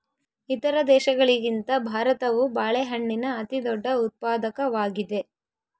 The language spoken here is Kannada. ಇತರ ದೇಶಗಳಿಗಿಂತ ಭಾರತವು ಬಾಳೆಹಣ್ಣಿನ ಅತಿದೊಡ್ಡ ಉತ್ಪಾದಕವಾಗಿದೆ